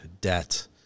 debt